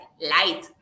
light